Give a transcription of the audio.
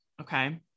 Okay